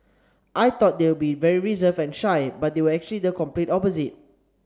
I thought they would be very reserved and shy but they were actually the complete opposite